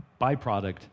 byproduct